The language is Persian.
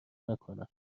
نکنم